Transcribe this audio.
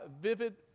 vivid